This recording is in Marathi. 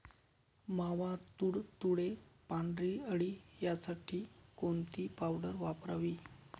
मावा, तुडतुडे, पांढरी अळी यासाठी कोणती पावडर वापरावी?